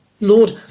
Lord